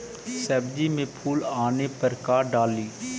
सब्जी मे फूल आने पर का डाली?